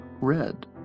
red